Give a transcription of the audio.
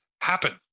happen